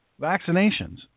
vaccinations